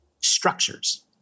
structures